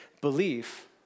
belief